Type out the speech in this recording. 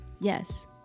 yes